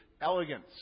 elegance